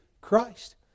Christ